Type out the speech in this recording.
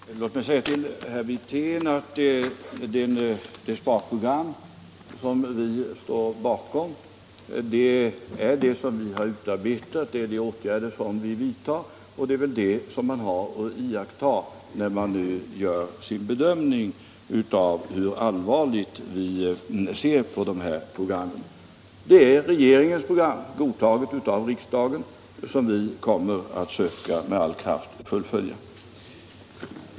Herr talman! Låt mig säga till herr Wirtén att det sparprogram som vi står för är det som vi har utarbetat. Det är dessa åtgärder vi vidtar, och det är det som man har att iaktta när man gör sin bedömning av hur allvarligt vi ser på dessa program. Det är regeringens program, godtaget av riksdagen, som vi med all kraft söker fullfölja.